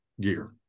gear